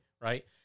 Right